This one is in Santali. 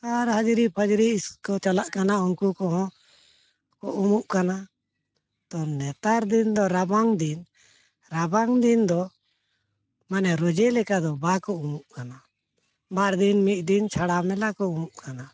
ᱟᱨ ᱦᱟᱡᱨᱤ ᱯᱷᱟᱹᱡᱨᱤ ᱤᱥᱠᱚ ᱪᱟᱞᱟᱜ ᱠᱟᱱᱟ ᱩᱱᱠᱩ ᱠᱚᱦᱚᱸ ᱠᱚ ᱩᱢᱩᱜ ᱠᱟᱱᱟ ᱛᱚ ᱱᱮᱛᱟᱨ ᱫᱤᱱ ᱫᱚ ᱨᱟᱵᱟᱝ ᱫᱤᱱ ᱨᱟᱵᱟᱝ ᱫᱤᱱ ᱫᱚ ᱢᱟᱱᱮ ᱨᱳᱡ ᱞᱮᱠᱟ ᱫᱚ ᱵᱟᱠᱚ ᱩᱢᱩᱜ ᱠᱟᱱᱟ ᱵᱟᱨ ᱫᱤᱱ ᱢᱤᱫ ᱫᱤᱱ ᱪᱷᱟᱲᱟ ᱢᱮᱞᱟ ᱠᱚ ᱩᱢᱩᱜ ᱠᱟᱱᱟ